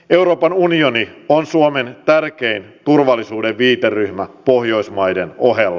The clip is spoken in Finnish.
euroopan unioni on suomen tärkein turvallisuuden viiteryhmä pohjoismaiden ohella